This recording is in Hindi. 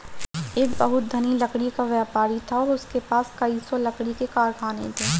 एक बहुत धनी लकड़ी का व्यापारी था और उसके पास कई सौ लकड़ी के कारखाने थे